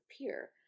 appear